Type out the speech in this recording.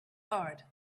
hard